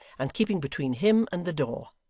and keeping between him and the door,